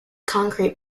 concrete